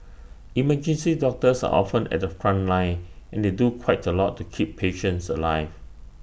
emergency doctors are often at the front line and they do quite A lot to keep patients alive